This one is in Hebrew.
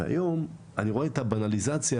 והיום אני רואה את הבנליזציה,